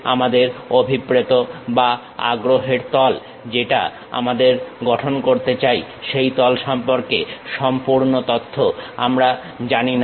আমাদের অভিপ্রেত বা আগ্রহের তল যেটা আমরা গঠন করতে চাই সেই তল সম্পর্কে সম্পূর্ণ তথ্য আমরা জানিনা